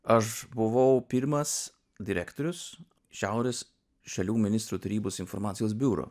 aš buvau pirmas direktorius šiaurės šalių ministrų tarybos informacijos biuro